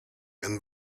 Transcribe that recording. and